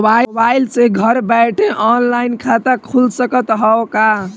Mobile से घर बैठे ऑनलाइन खाता खुल सकत हव का?